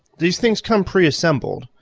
these things come pretty assembled?